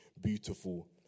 beautiful